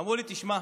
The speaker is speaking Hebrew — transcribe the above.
ואמרו לי: תשמע,